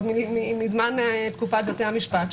מזמן תקופת בתי המשפט.